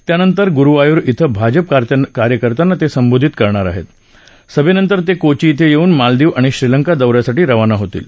त्यानंतर गुरुवायूर इथं भाजप कार्यकर्त्यांना तस्तिबोधित करणार आहता सभत्तिर तक्रीची इथख्रिस्तिन मालदीव आणि श्रीलंका दौ यासाठी रवाना होतील